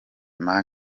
nawe